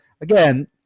again